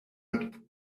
would